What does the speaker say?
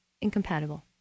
incompatible